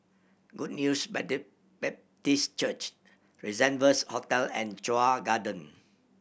Good News Baptist Church Rendezvous Hotel and Chuan Garden